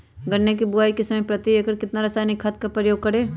गन्ने की बुवाई के समय प्रति एकड़ कितना रासायनिक खाद का उपयोग करें?